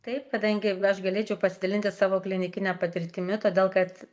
taip kadangi aš galėčiau pasidalinti savo klinikine patirtimi todėl kad